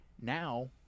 now